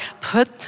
Put